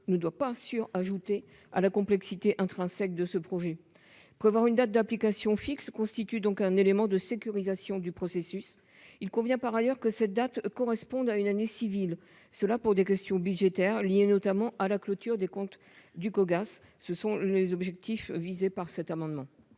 ne doit pas ajouter à la complexité intrinsèque de ce projet. Prévoir une date d'application fixe constitue un élément de sécurisation du processus. Il convient par ailleurs que cette date corresponde à une année civile, pour des questions budgétaires liées notamment à la clôture des comptes du Cogas. Quel est l'avis de la commission